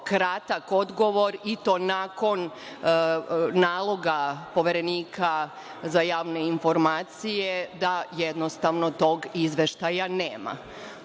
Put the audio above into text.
kratak odgovor, i to nakon naloga Poverenika za javne informacije da jednostavno tog izveštaja nema. Ovo